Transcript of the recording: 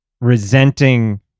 resenting